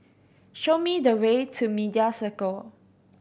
show me the way to Media Circle